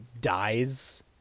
dies